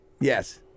Yes